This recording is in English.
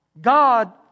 God